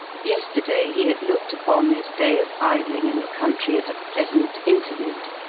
yesterday, he had looked upon this day of idling in the country as a pleasant interlude,